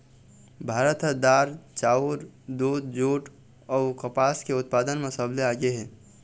भारत ह दार, चाउर, दूद, जूट अऊ कपास के उत्पादन म सबले आगे हे